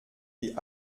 wie